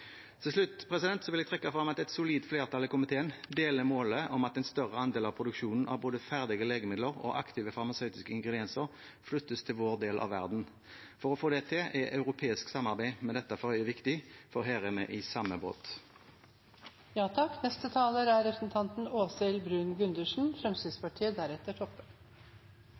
Til slutt vil jeg trekke frem at et solid flertall i komiteen deler målet om at en større andel av produksjonen av både ferdige legemidler og aktive farmasøytiske ingredienser flyttes til vår del av verden. For å få det til er europeisk samarbeid med dette for øye viktig, for her er vi i samme båt.